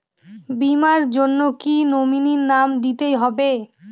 বীমার জন্য কি নমিনীর নাম দিতেই হবে?